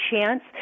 chance